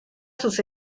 sus